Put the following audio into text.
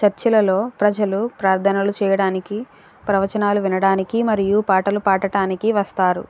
చర్చిలలో ప్రజలు ప్రార్ధనలు చేయడానికి ప్రవచనాలు వినడానికి మరియు పాటలు పాడటానికి వస్తారు